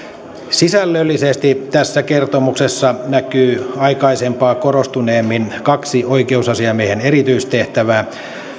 sisällöllisesti tässä kertomuksessa näkyy aikaisempaa korostuneemmin kaksi oikeusasiamiehen erityistehtävää